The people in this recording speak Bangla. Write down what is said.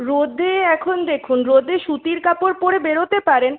রোদে এখন দেখুন রোদে সুতির কাপড় পরে বেরোতে পারেন